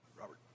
Robert